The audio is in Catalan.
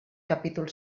capítol